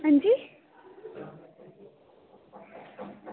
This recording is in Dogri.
हां जी